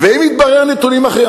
ואם יתבררו נתונים אחרים?